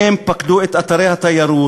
הם פקדו את אתרי התיירות,